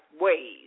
ways